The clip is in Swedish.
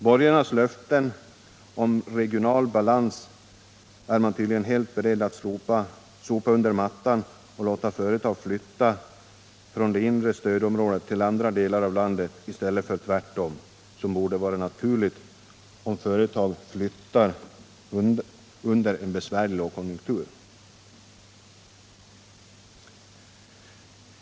Borgarnas löften om regional balans är man tydligen helt beredd att sopa under mattan och låta företag flytta från det inre stödområdet till andra delar av landet i stället för tvärtom, som borde vara naturligt om företag flyttar under en besvärlig lågkonjunktur.